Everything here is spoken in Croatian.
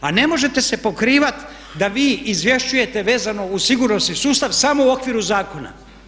A ne možete se pokrivati da vi izvješćujete vezano uz sigurnosni sustav samo u okviru zakona.